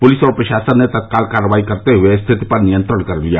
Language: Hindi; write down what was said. पुलिस और प्रशासन ने तत्काल कार्रवाई करते हुए स्थिति पर नियंत्रण कर लिया